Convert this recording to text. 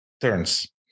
turns